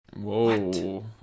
Whoa